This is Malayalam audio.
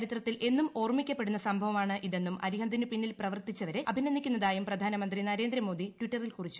ചരിത്രത്തിൽ എന്നും ഓർമിക്കപ്പെടുന്ന സംഭവമാണ് ഇതെന്നും അരിഹന്തിനു പിന്നിൽ പ്രവർത്തിച്ചവരെ അഭിനന്ദിക്കുന്ന തായും പ്രധാനമന്ത്രി നരേന്ദ്രമോദി ട്വിറ്ററിൽ കുറിച്ചു